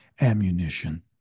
ammunition